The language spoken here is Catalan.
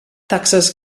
taxes